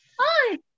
Hi